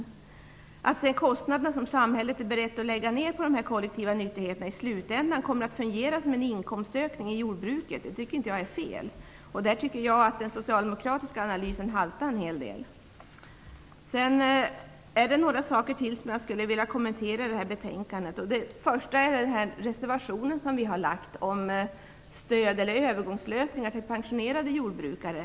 Jag tycker inte att det är fel att se att kostnaderna som samhället är berett att lägga ned på de kollektiva nyttigheterna i slutändan kommer att fungera som en inkomstökning i jordbruket. Där tycker jag att den socialdemokratiska analysen haltar en hel del. Jag skulle vilja kommentera några ytterligare saker i detta betänkande. Det första gäller den reservation vi har fogat till betänkandet om stöd eller övergångslösningar till pensionerade jordbrukare.